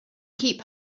keep